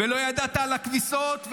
לא ידעת על הכביסות,